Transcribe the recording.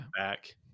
back